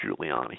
Giuliani